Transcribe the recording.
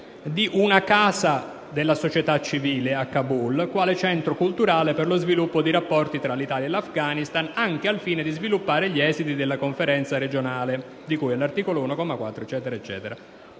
di una ''Casa della società civile'' a Kabul, quale centro culturale per lo sviluppo di rapporti tra l'Italia e l'Afghanistan, anche al fine di sviluppare gli esiti della conferenza regionale di cui all'articolo 1, comma 4, del